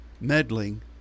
meddling